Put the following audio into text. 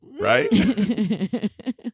right